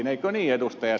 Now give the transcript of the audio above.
eikö niin ed